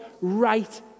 right